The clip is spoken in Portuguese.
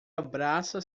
abraça